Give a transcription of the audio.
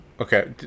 okay